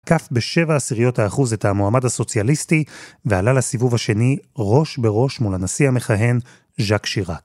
עקף בשבע עשיריות האחוז את המועמד הסוציאליסטי ועלה לסיבוב השני, ראש בראש מול הנשיא המכהן, ז'ק שיראק.